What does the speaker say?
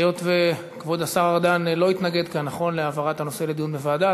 היות שכבוד השר ארדן לא התנגד כאן להעברת הנושא לדיון בוועדה,